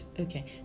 Okay